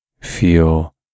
feel